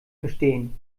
verstehen